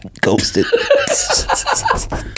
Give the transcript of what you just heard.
Ghosted